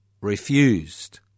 refused